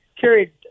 carried